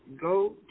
go